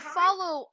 follow